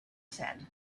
said